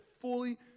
fully